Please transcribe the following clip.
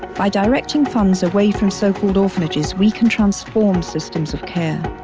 by directing funds away from so-called orphanages, we can transform systems of care.